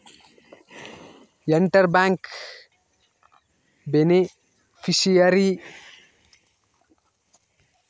inter bank beneficiary ಅಂದ್ರ SBI bank ಖಾತೆ ಬಿಟ್ಟು ಬೇರೆ ಬ್ಯಾಂಕ್ ಖಾತೆ ಗೆ ಅಂತಾರ